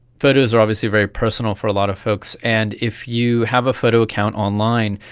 photos are obviously very personal for a lot of folks, and if you have a photo account online,